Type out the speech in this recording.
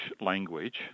language